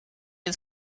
het